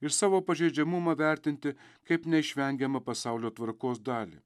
ir savo pažeidžiamumą vertinti kaip neišvengiamą pasaulio tvarkos dalį